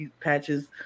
patches